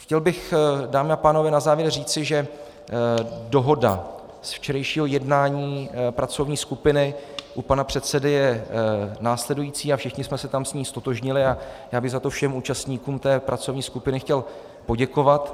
Chtěl bych, dámy a pánové, na závěr říci, že dohoda z včerejšího jednání pracovní skupiny u pana předsedy je následující a všichni jsme se tam s ní ztotožnili, a já bych za to všem účastníkům té pracovní skupiny chtěl poděkovat.